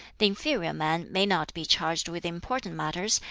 the inferior man may not be charged with important matters,